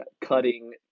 cutting